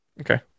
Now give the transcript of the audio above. Okay